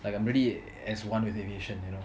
like I'm really as one with aviation you know